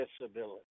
disability